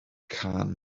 cân